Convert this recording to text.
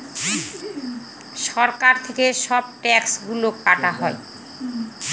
সরকার থেকে সব ট্যাক্স গুলো কাটা হয়